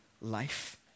life